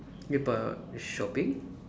ya but shopping